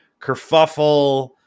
kerfuffle